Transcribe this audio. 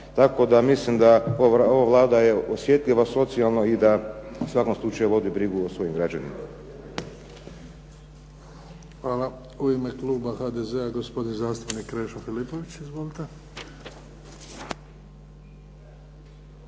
Tako da mislim da ova Vlada je osjetljiva socijalno i da u svakom slučaju vodi brigu o svojim građanima. **Bebić, Luka (HDZ)** Hvala. U ime Kluba HDZ-a, gospodin zastupnik Krešo Filipović. Izvolite.